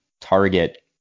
target